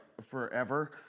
forever